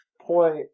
point